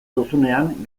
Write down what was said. duzunean